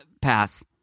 Pass